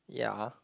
yeah